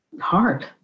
hard